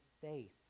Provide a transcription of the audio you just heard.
faith